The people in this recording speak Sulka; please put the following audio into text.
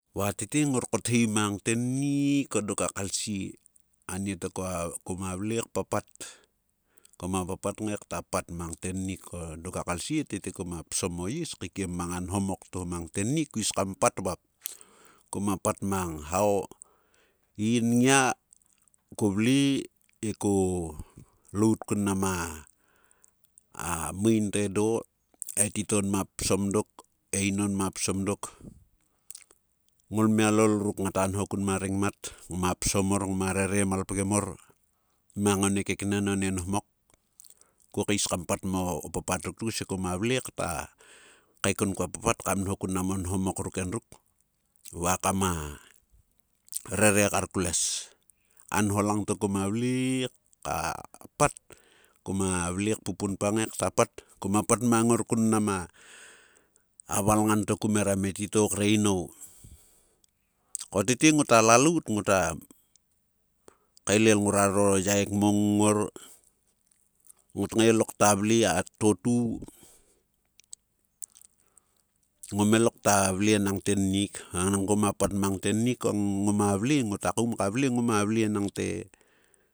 Va tete ngor kothei mang tennik ko dok a kalsie, a nie to kua, koma vle papat. Koma papat ngei kta pat mang tennik ko dok a kalsie, tete koma psom o is, keikiem mang a nhomok to mang tennik kuis kam pat vap. Koma at mang how ii ngia ko vle he kolout kun nam aa mein to edo, e titou nma psom dok, einou nma psom dok. Ngolmialol ruk ngata nho kun mareng mat, ngma psom mor ngma rere malpgem mor, mang oni keknen oni nhomok, ko keis kam pat mango papat ruk tkus he koma vle kta kaekon kua papat kam nho kun nam o nhomok ruk endruk, va kama rere kar kloess. A nho langto koma vle ka pat kom vle kpupunpa ngap ta pat, koma pat mang ngor kunmnam aa valngan to kumerom e titou kre inou. Ko ngota lalout ngota kaelel nguro yaek mong ngor, ngot ngei loktave a totu. Ngome lokta vle nang tennik ngoma pat mang teinik ko ngoma vle, ngota koum ka vle, ngoma vle nang te.